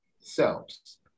selves